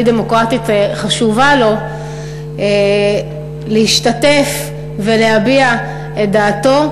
דמוקרטית חשובה לו להשתתף ולהביע את דעתו.